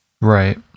Right